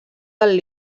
del